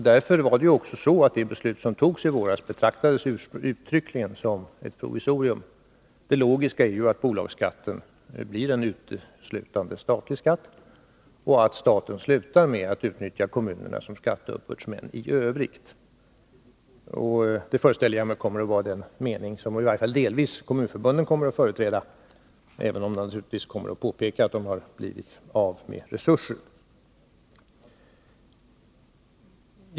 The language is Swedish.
Det beslut som fattades i våras betraktades därför uttryckligen som ett provisorium. Det logiska är ju att bolagsskatten blir en uteslutande statlig skatt och att staten slutar med att utnyttja kommunerna som skatteuppbördsmän i övrigt. Den meningen föreställer jag mig att kommunförbunden i varje fall delvis kommer att företräda, även om de naturligtvis kommer att påpeka att de har blivit av med resurser.